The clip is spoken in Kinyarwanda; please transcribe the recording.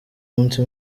umunsi